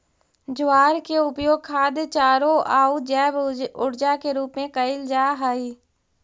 ज्वार के उपयोग खाद्य चारों आउ जैव ऊर्जा के रूप में कयल जा हई